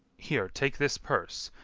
here, take this purse,